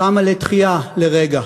קמה לתחייה לרגע.